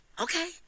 Okay